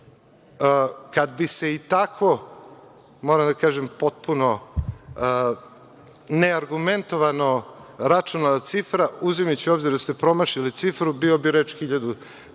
Kada bi se i tako, moram da kažem potpuno neargumentovano računala cifra, uzimajući u obzir da ste promašili cifru, bila bi reč od